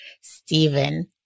Stephen